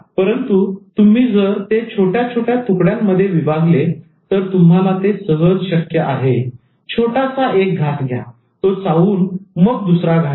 परंतु तुम्ही जर ते छोट्या छोट्या तुकड्यांमध्ये विभागले तर तुम्हाला ते शक्य आहे छोटासा एक घास घ्या तो चाऊन मग दुसरा घास घ्या